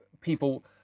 people